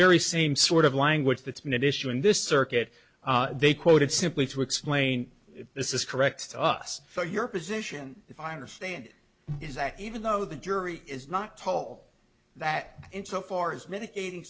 very same sort of language that's been an issue in this circuit they quoted simply to explain this is correct us so your position if i understand it is that even though the jury is not toll that in so far as mitigating